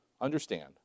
understand